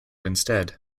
instead